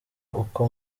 uko